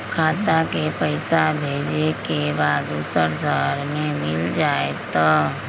खाता के पईसा भेजेए के बा दुसर शहर में मिल जाए त?